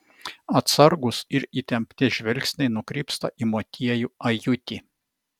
atsargūs ir įtempti žvilgsniai nukrypsta į motiejų ajutį